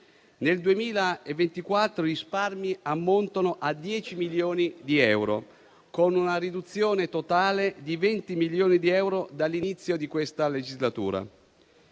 Nel 2024 i risparmi ammontano a 10 milioni di euro, con una riduzione totale di 20 milioni di euro dall'inizio di questa legislatura.